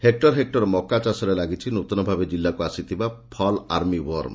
ହେକୁର ହେକୁର ମକା ଚାଷରେ ଲାଗିଛି ନୃତନ ଭାବେ ଜିଲ୍ଲାକୁ ଆସିଥିବା ଫଲ ଆର୍ମି ଓୱର୍ମ